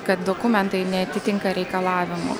kad dokumentai neatitinka reikalavimų